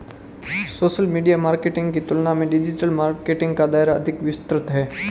social media marketing की तुलना में डिजिटल मार्केटिंग का दायरा अधिक विस्तृत है